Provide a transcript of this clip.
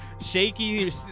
shaky